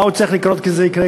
מה עוד צריך לקרות כדי שזה יקרה,